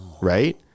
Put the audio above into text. right